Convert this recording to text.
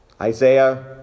Isaiah